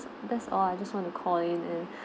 that's all I just want to call in and